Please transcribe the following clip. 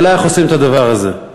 השאלה איך עושים את הדבר הזה.